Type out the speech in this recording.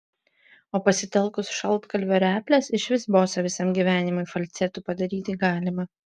o pasitelkus šaltkalvio reples išvis bosą visam gyvenimui falcetu padaryti galima